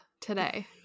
today